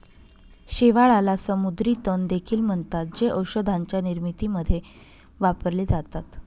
शेवाळाला समुद्री तण देखील म्हणतात, जे औषधांच्या निर्मितीमध्ये वापरले जातात